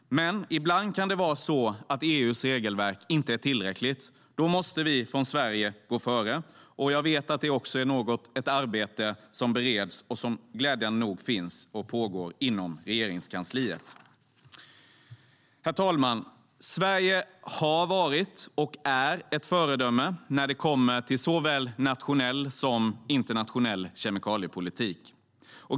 Men ibland kan det vara så att EU:s regelverk inte är tillräckligt. Då måste vi från Sverige gå före. Jag vet att det är ett arbete som bereds och som glädjande nog pågår inom Regeringskansliet. Herr talman! Sverige har varit och är ett föredöme när det kommer till såväl nationell som internationell kemikaliepolitik.